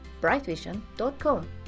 brightvision.com